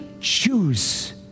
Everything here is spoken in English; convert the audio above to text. choose